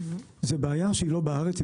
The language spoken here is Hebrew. זה בעיה שהיא לא בארץ,